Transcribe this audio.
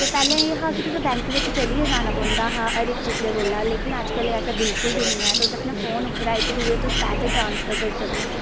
ते पैह्ले एह् हा कि तुसें बैंक बिच्च चलियै जाना पौंदा हा हर इक चीजा कोला लेकिन अज्जकल ऐसा बिलकुल बी नेईं ऐ तुस अपने फोन उप्परा इक दुए तुस पैसे ट्रांसफर करी सकने